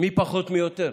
מי פחות מי יותר,